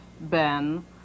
Ben